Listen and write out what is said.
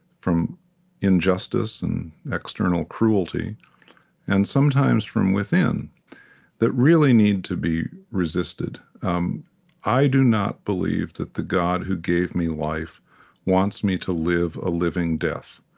from injustice and external cruelty and sometimes, from within that really need to be resisted um i do not believe that the god who gave me life wants me to live a living death.